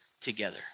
together